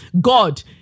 God